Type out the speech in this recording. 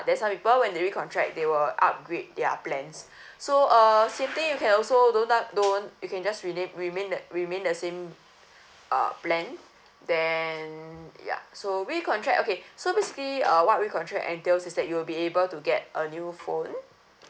then some people when they recontract they will upgrade their plans so uh same thing you can also don't up~ don't you can just rename remain the remain the same uh plan then ya so recontract okay so basically uh what we contract entails is that you'll be able to get a new phone